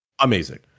amazing